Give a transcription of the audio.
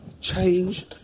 change